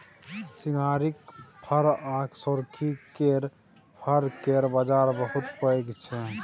सिंघारिक फर आ सोरखी केर फर केर बजार बहुत पैघ छै